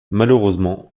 malheureusement